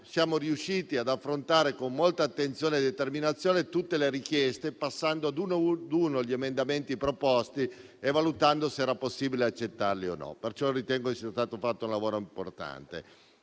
siamo riusciti ad affrontare con molta attenzione e determinazione tutte le richieste, esaminando uno ad uno gli emendamenti proposti e valutando se era possibile accettarli o meno. Ritengo pertanto sia stato fatto un lavoro importante